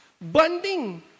bonding